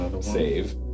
save